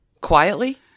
quietly